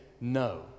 no